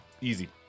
Easy